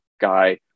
guy